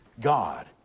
God